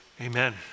Amen